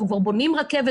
אנחנו כבר בונים רכבת,